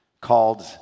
called